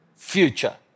Future